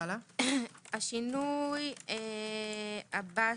השינוי הבא,